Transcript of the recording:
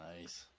Nice